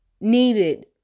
needed